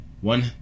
One